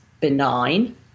benign